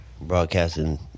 broadcasting